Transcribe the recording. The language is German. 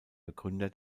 begründer